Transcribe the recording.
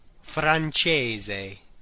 Francese